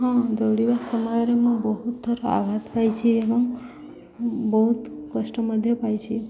ହଁ ଦୌଡ଼ିବା ସମୟରେ ମୁଁ ବହୁତ ଥର ଆଘାତ ପାଇଛି ଏବଂ ବହୁତ କଷ୍ଟ ମଧ୍ୟ ପାଇଛି